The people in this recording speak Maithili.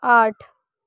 आठ